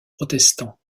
protestants